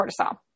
cortisol